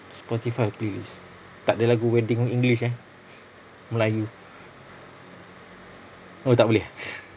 spotify playlist takde lagu wedding english eh melayu oh tak boleh eh